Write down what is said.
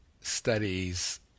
studies